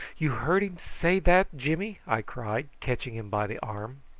you heard him say that, jimmy? i cried, catching him by the arm.